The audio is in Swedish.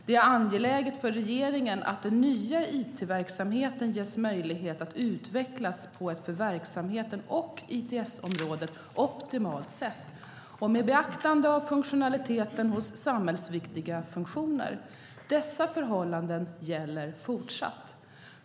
Det är angeläget för regeringen att den nya it-verksamheten ges möjlighet att utvecklas på ett för verksamheten och ITS-området optimalt sätt och med beaktande av funktionaliteten hos samhällsviktiga funktioner. Dessa förhållanden gäller fortsatt.